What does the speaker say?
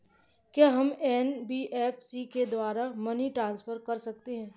क्या हम एन.बी.एफ.सी के द्वारा मनी ट्रांसफर कर सकते हैं?